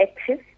active